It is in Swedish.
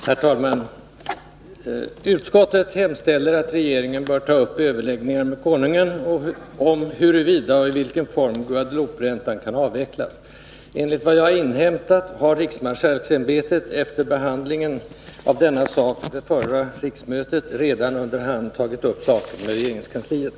Herr talman! Utskottet hemställer att regeringen bör ta upp överläggningar med Konungen om huruvida och i vilka former Guadelouperäntan kan avvecklas. Enligt vad jag inhämtat har riksmarskalksämbetet efter behandlingen av denna fråga vid förra riksmötet redan under hand tagit upp saken med regeringskansliet.